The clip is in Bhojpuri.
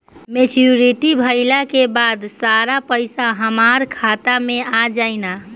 मेच्योरिटी भईला के बाद सारा पईसा हमार खाता मे आ जाई न?